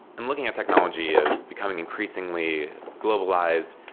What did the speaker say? and looking at technology is becoming increasingly globalized.